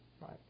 Right